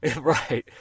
right